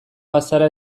bazara